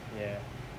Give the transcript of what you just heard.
ya